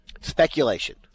Speculation